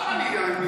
לשר אני עונה.